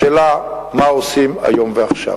השאלה מה עושים היום ועכשיו.